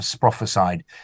prophesied